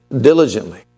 diligently